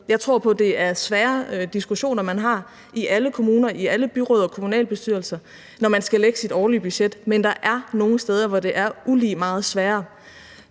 Jeg tror på, at det er svære diskussioner, man har i alle kommuner, i alle byråd og kommunalbestyrelser, når man skal lægge sit årlige budget, men der er nogle steder, hvor det er ulige meget sværere